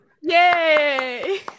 yay